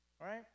right